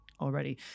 already